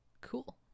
Cool